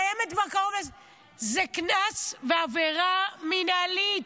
זה קנס ועבירה מינהלית.